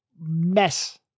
mess